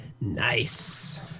Nice